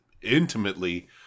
intimately